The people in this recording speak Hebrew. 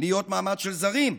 להיות מעמד של זרים,